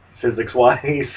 physics-wise